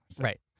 right